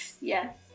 Yes